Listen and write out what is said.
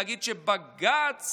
להגיד שבג"ץ